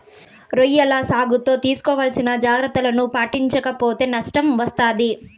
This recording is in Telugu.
రొయ్యల సాగులో తీసుకోవాల్సిన జాగ్రత్తలను పాటించక పోతే నష్టం వస్తాది